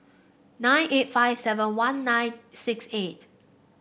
nine eight five seven one nine six eight